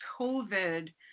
COVID